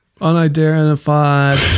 Unidentified